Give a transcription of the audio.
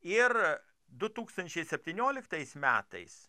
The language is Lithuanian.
ir du tūkstančiai septynioliktais metais